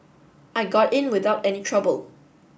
I got in without any trouble